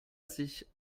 sich